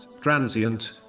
transient